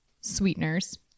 sweeteners